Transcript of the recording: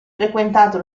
frequentato